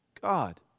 God